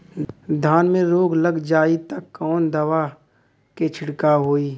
धान में रोग लग जाईत कवन दवा क छिड़काव होई?